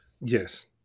Yes